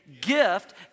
gift